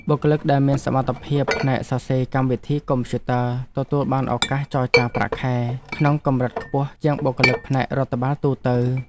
បុគ្គលិកដែលមានសមត្ថភាពផ្នែកសរសេរកម្មវិធីកុំព្យូទ័រទទួលបានឱកាសចរចាប្រាក់ខែក្នុងកម្រិតខ្ពស់ជាងបុគ្គលិកផ្នែករដ្ឋបាលទូទៅ។